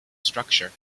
structure